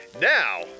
Now